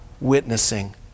witnessing